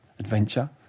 adventure